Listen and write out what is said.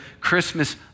Christmas